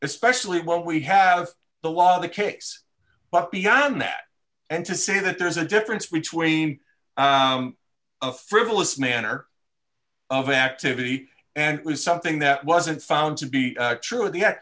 especially when we have the law the case but beyond that and to say that there's a difference between a frivolous manner of activity and it was something that wasn't found to be true